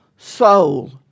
Soul